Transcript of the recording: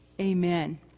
Amen